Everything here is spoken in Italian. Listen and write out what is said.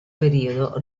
periodo